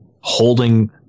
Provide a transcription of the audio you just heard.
holding